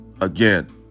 again